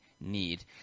need